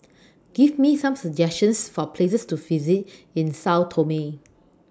Give Me Some suggestions For Places to visit in Sao Tome